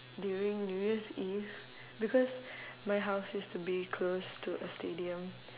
during new year's eve because my house used to be close to a stadium